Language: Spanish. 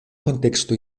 contexto